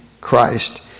Christ